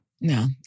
No